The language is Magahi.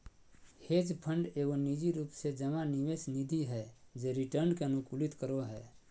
हेज फंड एगो निजी रूप से जमा निवेश निधि हय जे रिटर्न के अनुकूलित करो हय